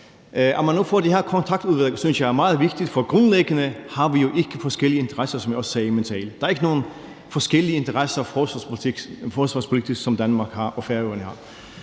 At man nu har fået det her Kontaktudvalg, synes jeg er meget vigtigt, for grundlæggende har vi jo ikke forskellige interesser, som jeg også sagde i min tale. Der er ikke nogen forskellige interesser i forhold til forsvarspolitik for Danmark og Færøerne.